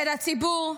ולציבור,